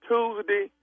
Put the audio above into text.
Tuesday